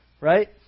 right